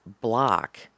block